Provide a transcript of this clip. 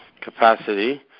capacity